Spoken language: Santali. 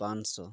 ᱯᱟᱸᱪᱥᱚ